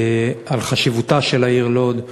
על חשיבותה של העיר לוד,